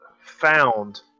found